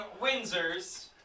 Windsor's